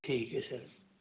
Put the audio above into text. ठीक है सर